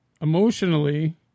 emotionally